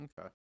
Okay